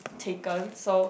taken so